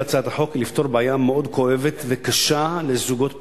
מטרתה של הצעת החוק לפתור בעיה מאוד כואבת וקשה לזוגות פרודים.